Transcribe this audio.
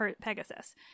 Pegasus